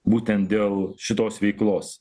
būtent dėl šitos veiklos